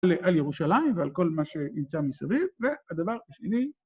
על ירושלים ועל כל מה שנמצא מסביב, והדבר השני...